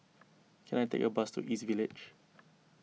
can I take a bus to East Village